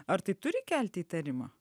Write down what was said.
ar tai turi kelti įtarimą